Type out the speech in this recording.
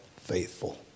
faithful